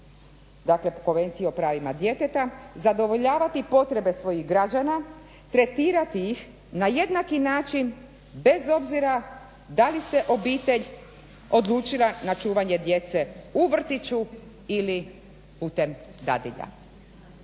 dakle konvenciji o pravima djeteta, zadovoljavati potrebe svojih građana, tretirati ih na jednaki način, bez obzira da li se obitelj odlučila na čuvanje djece u vrtiću ili putem dadilja.